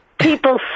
people